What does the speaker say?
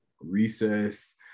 Recess